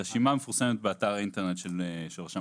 הרשימה מפורסמת באתר האינטרנט של אתר הקבלנים.